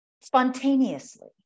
spontaneously